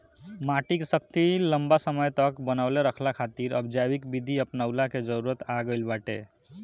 माटी के शक्ति लंबा समय तक बनवले रहला खातिर अब जैविक विधि अपनऊला के जरुरत आ गईल बाटे